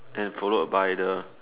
and followed by the